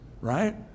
right